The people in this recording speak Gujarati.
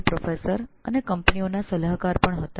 તેઓ પ્રોફેસર અને કંપનીઓના સલાહકાર પણ હતા